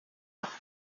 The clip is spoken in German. auch